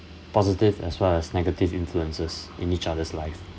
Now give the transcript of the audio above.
positive as well as negative influences in each other's life